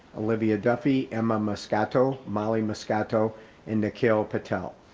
olivia duffy, emma moscato, molly moscato and nikhyl patel.